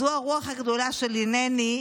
זו הרוח הגדולה של "הינני",